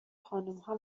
خانمها